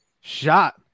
Shot